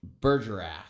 Bergerac